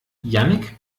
jannick